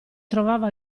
trovava